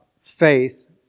Faith